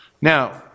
Now